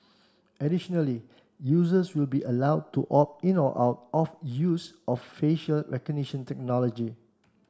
additionally users will be allowed to opt in or out of use of facial recognition technology